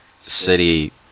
City